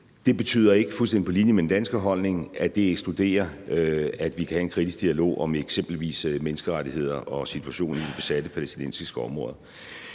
Det betyder ikke – fuldstændig på linje med den danske holdning – at det ekskluderer, at vi kan have en kritisk dialog om eksempelvis menneskerettigheder og situationen i de besatte palæstinensiske områder.